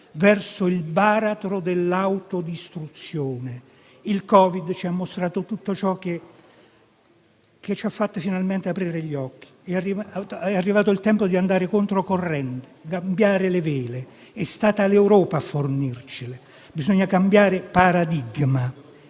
verso il baratro dell'autodistruzione. Il Covid ci ha mostrato tutto ciò e ci ha fatto finalmente aprire gli occhi. È arrivato il tempo di andare controcorrente e di cambiare le vele. È stata l'Europa a fornircele: bisogna cambiare paradigma.